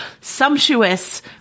sumptuous